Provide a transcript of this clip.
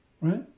right